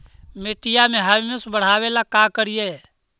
मिट्टियां में ह्यूमस बढ़ाबेला का करिए?